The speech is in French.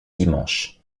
dimanches